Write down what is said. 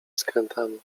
skrętami